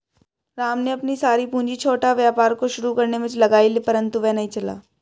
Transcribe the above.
राम ने अपनी सारी पूंजी छोटा व्यापार को शुरू करने मे लगाई परन्तु वह नहीं चला